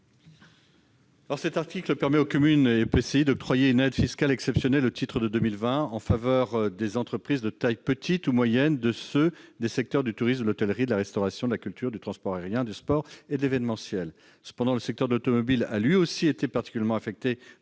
L'article 3 permet aux communes et aux EPCI d'octroyer une aide fiscale exceptionnelle, au titre de 2020, aux entreprises de taille petite ou moyenne des secteurs du tourisme, de l'hôtellerie, de la restauration, de la culture, du transport aérien, du sport et de l'événementiel. Cependant, le secteur de l'automobile a lui aussi été particulièrement affecté par le ralentissement de